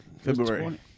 February